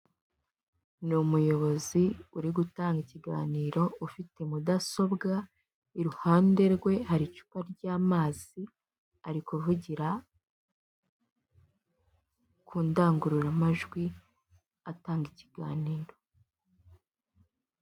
Ni umuyobozi uri gutanga ikiganiro ufite mudasobwa iruhande rwe hari icupa ry'amazi ari kuvugira ku ndangururamajwi atanga ikiganiro.